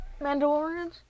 Mandalorians